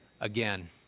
Again